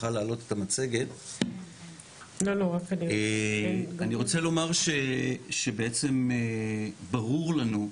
אני רוצה לומר שבעצם ברור לנו,